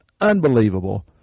Unbelievable